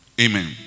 Amen